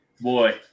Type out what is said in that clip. boy